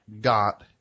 got